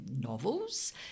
novels